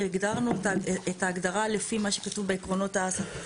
הגדרנו את ההגדרה לפי מה שכתוב בעקרונות אסה"פ.